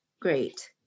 Great